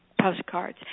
postcards